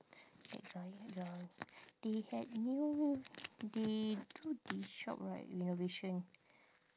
they had new they do the shop right renovation